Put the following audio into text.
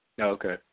Okay